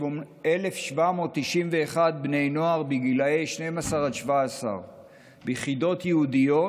1,791 בני נוער בני 12 17 ביחידות ייעודיות